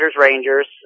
rangers